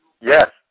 Yes